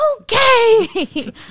Okay